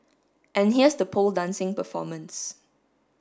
and here's the pole dancing performance